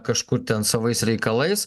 kažkur ten savais reikalais